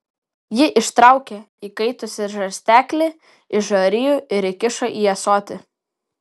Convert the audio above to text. ji ištraukė įkaitusį žarsteklį iš žarijų ir įkišo į ąsotį